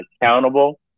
accountable